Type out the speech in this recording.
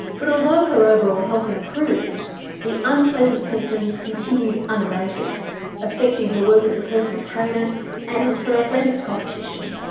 but although her overall health improved the unpleasant symptoms continued unabated affecting her work as a personal trainer and her athletic competition.